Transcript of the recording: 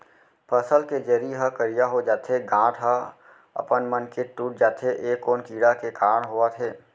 फसल के जरी ह करिया हो जाथे, गांठ ह अपनमन के टूट जाथे ए कोन कीड़ा के कारण होवत हे?